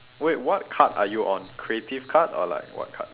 wait what card are you on creative card or like what card